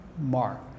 Mark